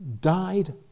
died